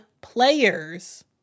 players